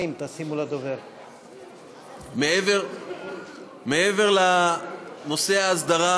מעבר לנושא ההסדרה,